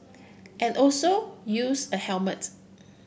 and also use a helmet